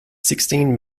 sixteen